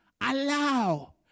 allow